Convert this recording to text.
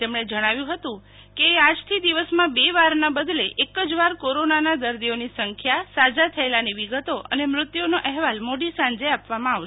તેમણે જણાવ્યું હતું કે આજથી દિવસમાં બે વારના બદે એક જ વાર કોરોનાના દર્દીઓની સંખ્યા સાજા થયેલાની વિગતો અને મૃત્યુનો અહેવાલ મોડી સાંજે આપવામાં આવશે